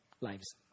Lives